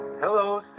Hello